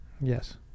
yes